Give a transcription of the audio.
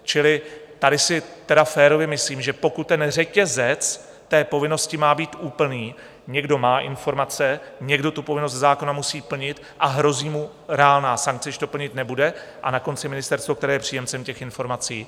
Čili tady si férově myslím, že pokud řetězec té povinnosti má být úplný někdo má informace, někdo tu povinnost ze zákona musí plnit a hrozí mu reálná sankce, když to plnit nebude, a na konci je ministerstvo, které je příjemcem těch informací.